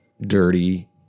dirty